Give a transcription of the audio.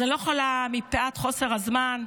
אז אני לא יכולה מפאת קוצר הזמן,